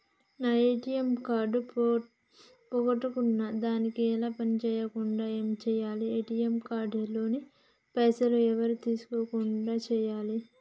నా ATM card పోగొట్టుకున్నా దాన్ని ఎలా పని చేయకుండా చేయాలి ఏ.టి.ఎమ్ కార్డు లోని పైసలు ఎవరు తీసుకోకుండా చేయాలి?